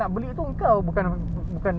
oh okay K K